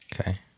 Okay